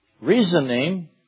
Reasoning